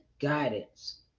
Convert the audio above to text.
guidance